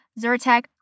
Zyrtec